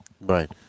Right